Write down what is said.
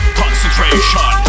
concentration